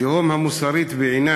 התהום המוסרית בעיני